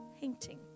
painting